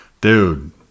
dude